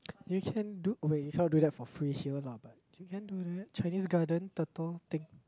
you can do wait you cannot do that for free here lah but you can do that Chinese-Garden turtle thing